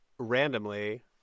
Randomly